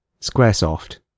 Squaresoft